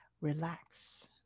relax